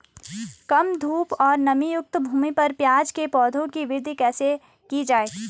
कम धूप और नमीयुक्त भूमि पर प्याज़ के पौधों की वृद्धि कैसे की जाए?